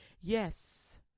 Yes